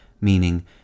meaning